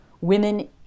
women